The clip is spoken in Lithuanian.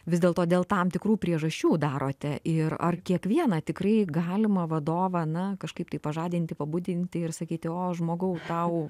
vis dėlto dėl tam tikrų priežasčių darote ir ar kiekvieną tikrai galima vadovą na kažkaip tai pažadinti pabudinti ir sakyti o žmogau tau